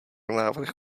návrh